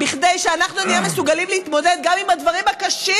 כדי שאנחנו נהיה מסוגלים להתמודד גם עם הדברים הקשים,